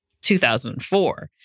2004